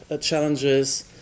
challenges